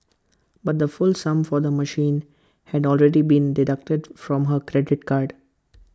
but the full sum for the machine had already been deducted from her credit card